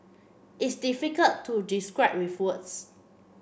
it's difficult to describe with words